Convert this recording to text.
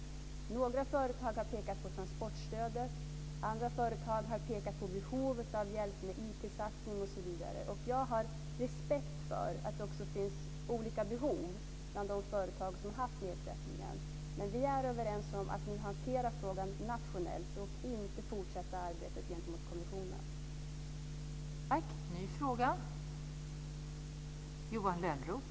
Några företag har pekat på transportstödet, andra företag har pekat på behovet av hjälp med IT satsning osv. Jag har respekt för att det finns olika behov bland de företag som har haft nedsättningen. Men vi är överens om att nu hantera frågan nationellt, och inte fortsätta arbetet gentemot kommissionen.